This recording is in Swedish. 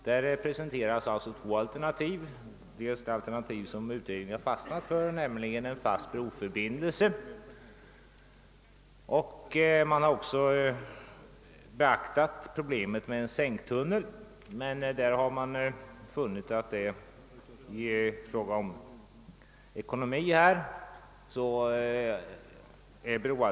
Där presenteras två alternativ, dels det som kommittén fastnat för, nämligen en fast broförbindelse, dels problemet med en sänktunnel. Man har dock funnit att broalternativet ekonomiskt sett är att föredra.